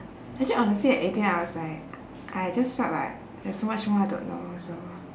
actually honestly I think I was like I I just felt like there's so much more I don't know so